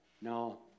No